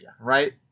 right